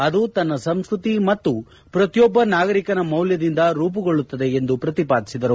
ಅದು ತನ್ನ ಸಂಸ್ಕತಿ ಮತ್ತು ಪ್ರತಿಯೊಬ್ಬ ನಾಗರಿಕನ ಮೌಲ್ಲದಿಂದ ರೂಪುಗೊಳ್ಳುತ್ತದೆ ಎಂದು ಪ್ರತಿಪಾದಿಸಿದರು